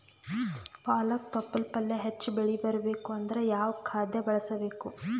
ಪಾಲಕ ತೊಪಲ ಪಲ್ಯ ಹೆಚ್ಚ ಬೆಳಿ ಬರಬೇಕು ಅಂದರ ಯಾವ ಖಾದ್ಯ ಬಳಸಬೇಕು?